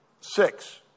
six